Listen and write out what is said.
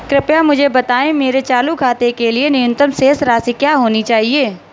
कृपया मुझे बताएं मेरे चालू खाते के लिए न्यूनतम शेष राशि क्या होनी चाहिए?